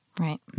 Right